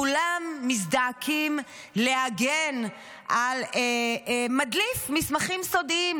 כולם מזדעקים להגן על מדליף מסמכים סודיים.